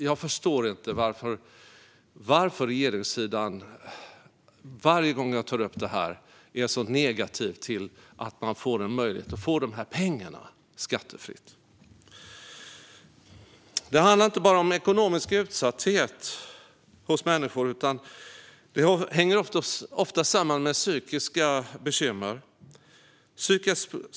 Jag förstår inte varför regeringssidan varje gång jag tar upp detta är så negativ till att man får en möjlighet att få de pengarna skattefritt. Det handlar inte bara om ekonomisk utsatthet hos människor. Det hänger ofta samman med psykiska bekymmer.